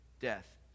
death